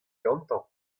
gantañ